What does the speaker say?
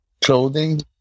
clothing